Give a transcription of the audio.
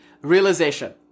realization